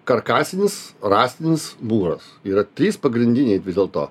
karkasinis rąstinis mūras yra trys pagrindiniai vis dėlto